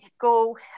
go